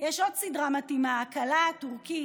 יש עוד סדרה מתאימה, "הכלה הטורקית".